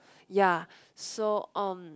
yea so um